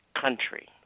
country